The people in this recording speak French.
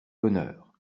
honneur